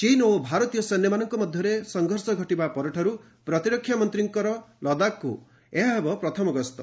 ଚୀନ୍ ଓ ଭାରତୀୟ ସୈନ୍ୟମାନଙ୍କ ମଧ୍ୟରେ ସଂଘର୍ଷ ଘଟିବା ପରଠାରୁ ପ୍ରତିରକ୍ଷା ମନ୍ତ୍ରୀଙ୍କର ଲଦାଖକ୍ତ ଏହା ପ୍ରଥମ ଗସ୍ତ ହେବ